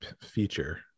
feature